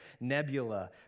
nebula